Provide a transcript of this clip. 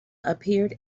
appeared